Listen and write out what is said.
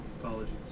Apologies